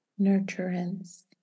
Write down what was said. nurturance